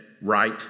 right